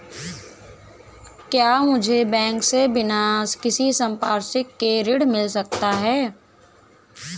क्या मुझे बैंक से बिना किसी संपार्श्विक के ऋण मिल सकता है?